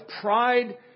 pride